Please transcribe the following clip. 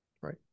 Right